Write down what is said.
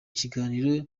kiganiro